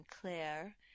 Claire